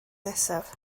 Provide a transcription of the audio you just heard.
nesaf